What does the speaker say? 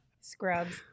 Scrubs